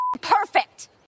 perfect